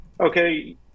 okay